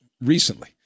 recently